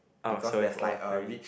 oh so if all three